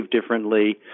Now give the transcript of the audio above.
differently